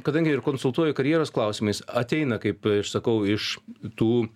kadangi ir konsultuoju karjeros klausimais ateina kaip aš sakau iš tų